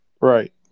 Right